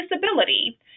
disability